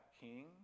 king